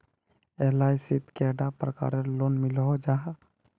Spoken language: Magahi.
एल.आई.सी शित कैडा प्रकारेर लोन मिलोहो जाहा?